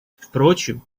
впрочем